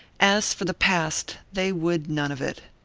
as for the past, they would none of it,